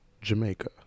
jamaica